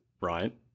right